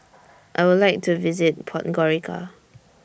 I Would like to visit Podgorica